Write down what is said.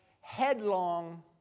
headlong